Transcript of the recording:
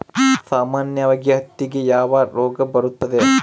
ಸಾಮಾನ್ಯವಾಗಿ ಹತ್ತಿಗೆ ಯಾವ ರೋಗ ಬರುತ್ತದೆ?